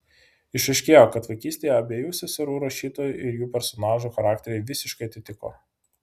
išaiškėjo kad vaikystėje abiejų seserų rašytojų ir jų personažų charakteriai visiškai atitiko